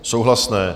Souhlasné.